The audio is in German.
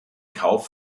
kauf